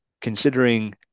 considering